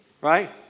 right